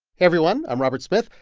everyone. i'm robert smith.